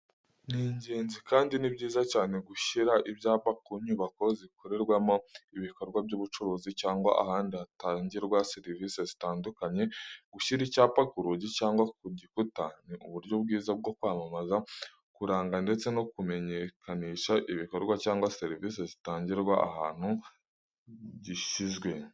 Ni ingenzi kandi ni byiza cyane gushyira ibyapa ku nyubako zikorerwamo ibikorwa by'ubucuruzi cyangwa ahandi hatangirwa serivise zitandukanye, gushyira icyapa ku rugi cyangwa ku gikuta ni uburyo bwiza bwo kwamamaza, kuranga ndetse no kumenyekanisha ibikorwa cyangwa serivise zitangirwa ahantu gishyizwe.